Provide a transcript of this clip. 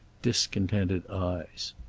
discontented eyes.